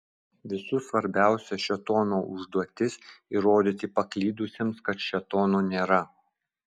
visų svarbiausia šėtono užduotis įrodyti paklydusiems kad šėtono nėra